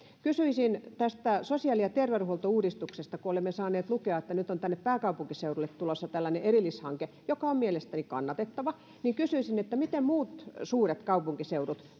kysyisin tästä sosiaali ja terveydenhuoltouudistuksesta kun olemme saaneet lukea että nyt on tänne pääkaupunkiseudulle tulossa tällainen erillishanke joka on mielestäni kannatettava niin kysyisin voisivatko muut suuret kaupunkiseudut